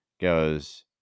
goes